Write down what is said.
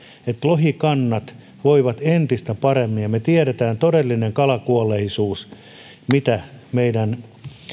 että lohikannat voivat entistä paremmin ja me tiedämme sen todellisen kalakuolleisuuden sen mitä meidän